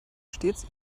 stets